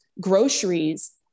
groceries